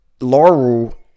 Laurel